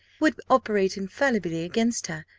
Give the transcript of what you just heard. would operate infallibly against her,